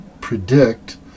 predict